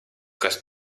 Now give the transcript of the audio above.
kas